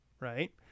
right